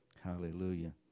Hallelujah